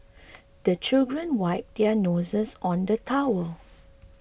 the children wipe their noses on the towel